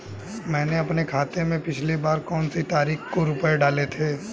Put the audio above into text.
मैंने अपने खाते में पिछली बार कौनसी तारीख को रुपये डाले थे?